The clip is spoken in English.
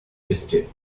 district